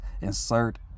insert